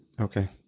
okay